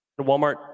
Walmart